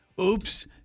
Oops